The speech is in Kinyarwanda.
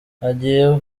hagiye